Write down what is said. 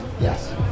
Yes